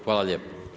Hvala lijepo.